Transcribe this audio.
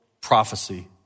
prophecy